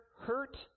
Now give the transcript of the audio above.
hurt